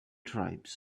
tribes